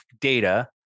data